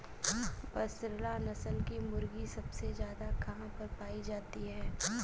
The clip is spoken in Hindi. बसरा नस्ल की मुर्गी सबसे ज्यादा कहाँ पर पाई जाती है?